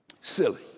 Silly